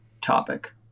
topic